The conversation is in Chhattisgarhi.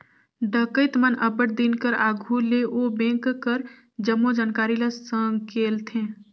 डकइत मन अब्बड़ दिन कर आघु ले ओ बेंक कर जम्मो जानकारी ल संकेलथें